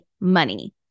money